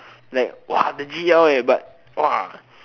like !wah! the g_l eh but !wah!